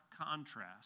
contrast